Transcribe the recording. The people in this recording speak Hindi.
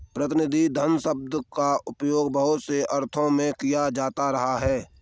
प्रतिनिधि धन शब्द का प्रयोग बहुत से अर्थों में किया जाता रहा है